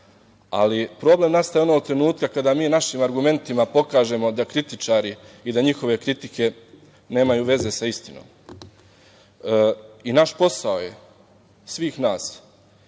ali problem nastaje onog trenutka kada mi našim argumentima pokažemo da kritičari i da njihove kritike nemaju veze sa istinom. Naš posao je, svih nas,